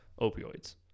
opioids